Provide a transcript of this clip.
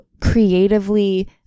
creatively